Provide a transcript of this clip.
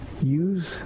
use